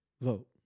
vote